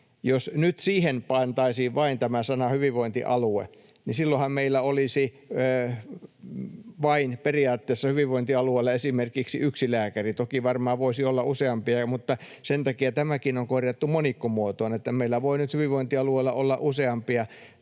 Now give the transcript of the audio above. Jos nyt siihen pantaisiin vain tämä sana ”hyvinvointialue”, niin silloinhan meillä olisi periaatteessa hyvinvointialueella esimerkiksi vain yksi lääkäri. Toki varmaan voisi olla useampia, mutta sen takia tämäkin on korjattu monikkomuotoon, että meillä voi nyt hyvinvointialueella olla useampia